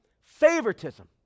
favoritism